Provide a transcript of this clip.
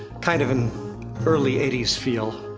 kind of an early eighty s feel.